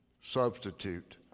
substitute